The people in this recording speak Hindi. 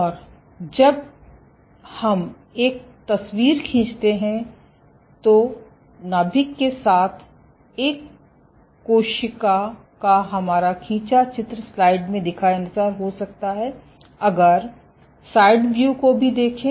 और जब हम एक तस्वीर खींचते है तो नाभिक के साथ एक कोशिका का हमारा खींचा चित्र स्लाइड में दिखायेनुसार हो सकता है अगर साइड व्यू को भी देखें